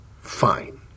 Fine